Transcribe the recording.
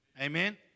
Amen